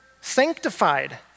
sanctified